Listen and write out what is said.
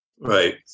Right